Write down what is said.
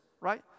right